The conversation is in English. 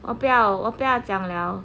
我不要我不要讲 liao